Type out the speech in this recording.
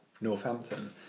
Northampton